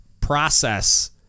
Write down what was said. process